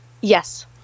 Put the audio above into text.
Yes